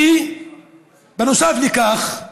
בנוסף לכך,